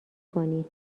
کنی